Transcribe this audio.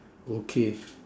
okay